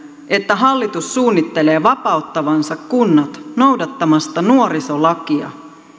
että hallitus suunnittelee vapauttavansa kunnat noudattamasta nuorisolakia